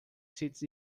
seats